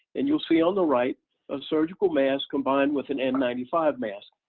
and you'll see on the right a surgical mask combined with an n nine five mask.